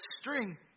string